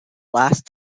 last